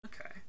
Okay